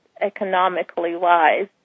economically-wise